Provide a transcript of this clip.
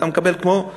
אתה מקבל כמו שמאות.